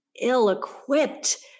ill-equipped